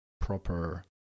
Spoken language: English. proper